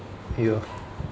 ya